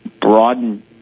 broaden